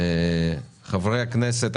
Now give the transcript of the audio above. חברי הכנסת,